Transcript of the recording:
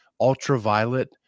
ultraviolet